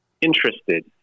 interested